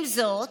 עם זאת,